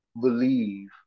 believe